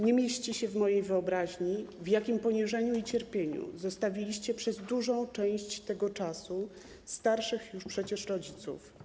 Nie mieści się w mojej wyobraźni, w jakim poniżeniu i cierpieniu zostawiliście przez dużą część tego czasu starszych już rodziców.